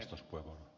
olen ed